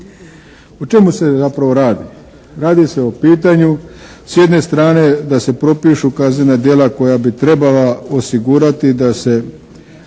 O čemu se zapravo radi? Radi se o pitanju s jedne strane da se propišu kaznena djela koja bi trebala osigurati da se